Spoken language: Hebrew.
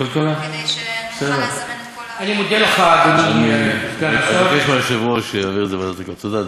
אני רוצה להמשיך את הדיון בוועדת הכלכלה,